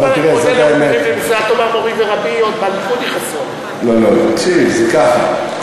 לא, לא, תקשיב, זה ככה.